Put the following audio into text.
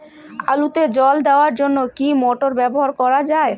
আলুতে জল দেওয়ার জন্য কি মোটর ব্যবহার করা যায়?